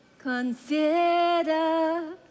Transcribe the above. Consider